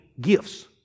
gifts